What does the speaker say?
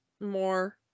more